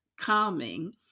calming